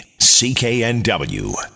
CKNW